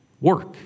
work